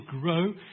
grow